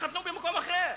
שיתחתנו במקום אחר,